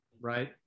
Right